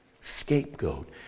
Scapegoat